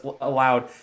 allowed